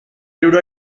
libro